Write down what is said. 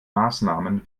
maßnahmen